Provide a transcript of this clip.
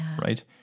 right